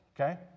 okay